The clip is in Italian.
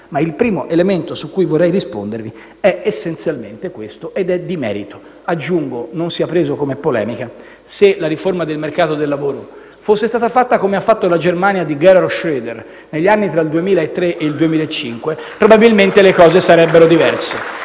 ma il primo elemento su cui vorrei rispondervi è essenzialmente questo ed è di merito. Aggiungo (non sia preso come polemica) che se la riforma del mercato del lavoro fosse stata fatta, come ha fatto la Germania di Gerhard Schröder, negli anni tra il 2003 e il 2005, probabilmente le cose sarebbero diverse.